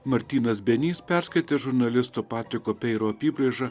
martynas benys perskaitė žurnalisto patriko peiro apybraižą